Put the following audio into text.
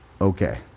Okay